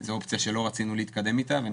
זו אופציה שלא רצינו להתקדם איתה ואני